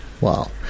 Wow